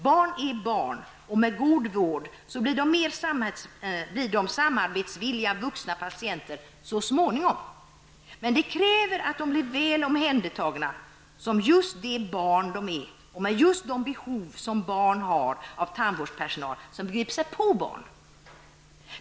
Barn är barn, och med god vård blir barnen så småningom samarbetsvilliga vuxna patienter. Men det kräver att barnen blir väl omhändertagna som just de barn som de är och som har behov av just tandvårdspersonal som begriper sig på barn.